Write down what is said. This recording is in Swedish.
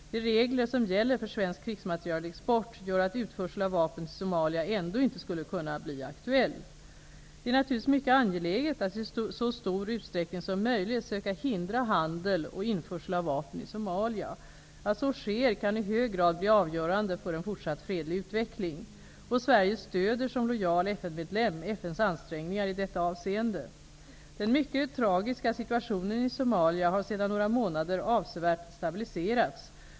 De regler som gäller för svensk krigsmaterielexport gör att utförsel av vapen till Somalia ändå inte skulle kunna bli aktuell. Det är naturligtvis mycket angeläget att i så stor utsträckning som möjligt söka hindra handel och införsel av vapen i Somalia. Att så sker kan i hög grad bli avgörande för en fortsatt fredlig utveckling. Sverige stöder som lojal FN-medlem FN:s ansträngningar i detta avseende. Den mycket tragiska situationen i Somalia har sedan några månader avsevärt stabiliserats.